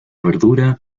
verduras